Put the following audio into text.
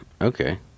okay